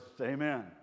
amen